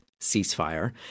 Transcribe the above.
ceasefire